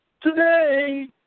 Today